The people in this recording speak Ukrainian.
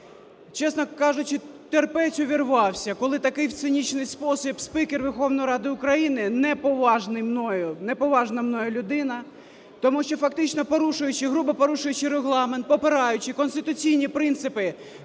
Чесно кажучи, терпець увірвався, коли в такий цинічний спосіб спікер Верховної Ради України, не поважний мною, не поважна мною людина, тому що, фактично порушуючи, грубо порушуючи регламент, попираючи конституційні принципи